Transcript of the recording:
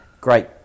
great